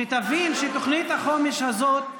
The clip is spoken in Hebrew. שתבין שתוכנית החומש הזאת,